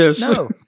No